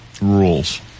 rules